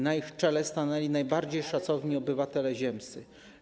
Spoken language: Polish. Na ich czele stanęli najbardziej szacowni obywatele ziemscy.